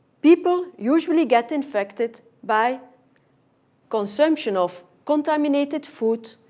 people usually get infected by consumption of contaminated food,